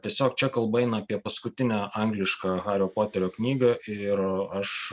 tiesiog čia kalba eina apie paskutinę anglišką hario poterio knygą ir aš